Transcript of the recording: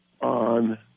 on